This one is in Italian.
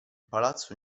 palazzo